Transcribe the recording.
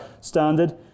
standard